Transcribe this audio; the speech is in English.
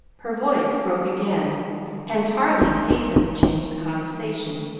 her voice broke again and tarling hastened to change the conversation.